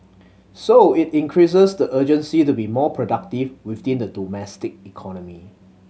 so it increases the urgency to be more productive within the domestic economy